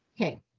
Okay